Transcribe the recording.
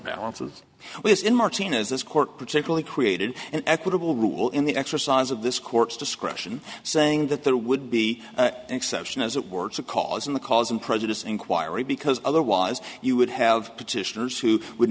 balances in martina's this court particularly created an equitable rule in the exercise of this court's discretion saying that there would be an exception as it were to cause in the cause and prejudice inquiry because otherwise you would have petitioners who would